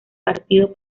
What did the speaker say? partido